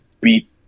beat